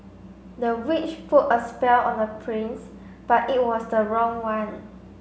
the witch put a spell on the prince but it was the wrong one